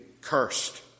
cursed